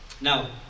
Now